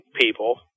people